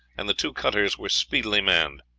and the two cutters were speedily manned.